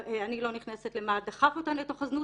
אני לא נכנסת למה דחף אותן לתוך הזנות.